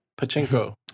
Pachinko